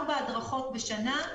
ארבע הדרכות בשנה,